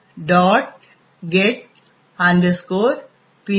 get pc thunk